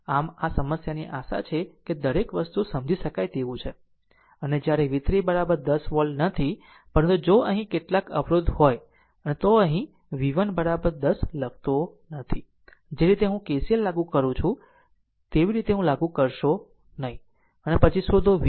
આમ આ સમસ્યાની આશા છે કે દરેક વસ્તુ સમજી શકાય તેવું છે અને જ્યારે v3 10 વોલ્ટ નથી પરંતુ જો અહીં કેટલાક અવરોધ હોય અથવા તો અહીં V1 10 લખતો નથી જે રીતે હું KVL લાગુ કરું છું તે રીતે લાગુ કરશો નહીં અને પછી શોધો v 1 શું છે